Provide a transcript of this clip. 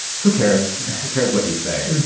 who cares? who cares what you say?